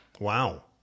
Wow